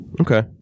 okay